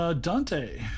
Dante